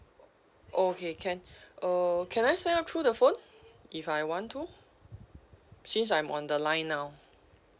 okay can uh can I sign up through the phone if I want to since I'm on the line now